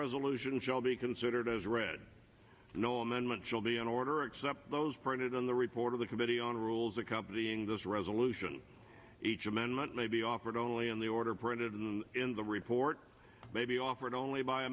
resolution shall be considered as read no amendment shall be in order except those printed on the report of the committee on rules accompanying this resolution each amendment may be offered only in the order printed in the report may be offered only by a